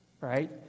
right